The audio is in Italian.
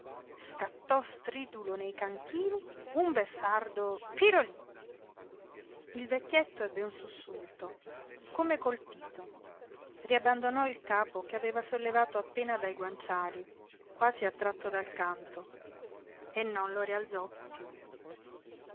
scattò stridulo nei cantini un beffardo pirolì il vecchietto ebbe un sussulto come colpito riabbandonò il capo che aveva sollevato appena dai guanciali quasi attratto dal canto e non lo rialzò piú